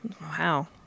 Wow